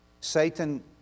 Satan